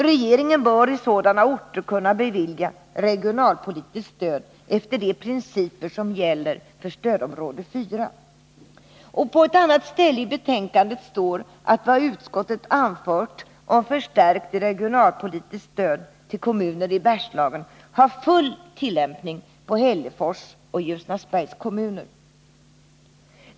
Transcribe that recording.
Regeringen bör i sådana orter kunna bevilja regionalpolitiskt stöd efter de principer som gäller för stödområde 4. På ett annat ställe i betänkandet står att vad utskottet anfört om förstärkt regionalpolitiskt stöd till kommuner i Bergslagen har full tillämpning på Hällefors och Ljusnarsbergs kommuner.